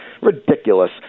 Ridiculous